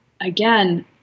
again